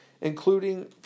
including